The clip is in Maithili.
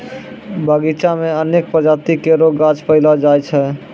बगीचा म अनेक प्रजाति केरो गाछ पैलो जाय छै